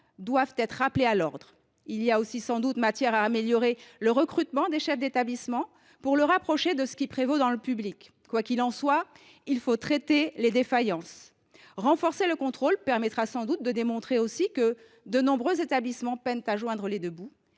doivent être rappelés à l’ordre. Il y a aussi matière, sans doute, à améliorer le recrutement des chefs d’établissement pour le rapprocher des exigences qui prévalent dans le public. Quoi qu’il en soit, il faut traiter les défaillances. Renforcer le contrôle permettra certainement de démontrer aussi que de nombreux établissements peinent à joindre les deux bouts,